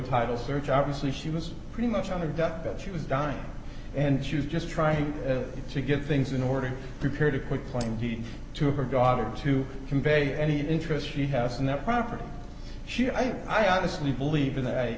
title search obviously she was pretty much on her deathbed she was dying and she was just trying to get things in order prepare to quit claim deed to her daughter to convey any interest she has in that property she i i honestly believe